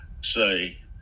say